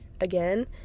again